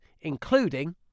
including